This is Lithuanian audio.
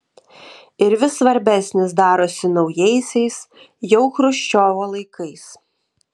ir vis svarbesnis darosi naujaisiais jau chruščiovo laikais